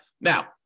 Now